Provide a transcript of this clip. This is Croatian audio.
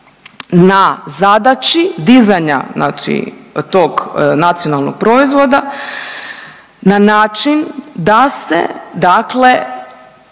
na zadaći dizanja znači tog nacionalnog proizvoda na način da se, dakle